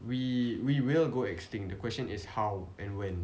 we we will go extinct the question is how and when